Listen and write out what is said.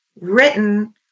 written